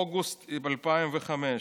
אוגוסט 2005: